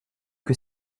que